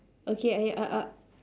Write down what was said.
okay I uh uh